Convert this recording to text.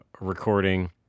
recording